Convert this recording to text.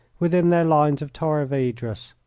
within their lines of torres vedras.